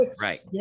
Right